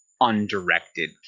undirected